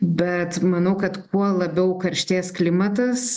bet manau kad kuo labiau karštės klimatas